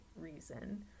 reason